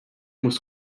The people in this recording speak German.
muss